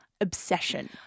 obsession